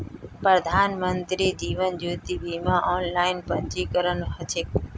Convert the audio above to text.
प्रधानमंत्री जीवन ज्योति बीमार ऑनलाइन पंजीकरण ह छेक